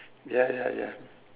ya ya ya